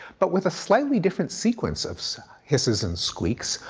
but with a slightly different sequence of hisses and squeaks,